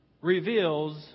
reveals